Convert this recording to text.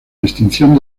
distinción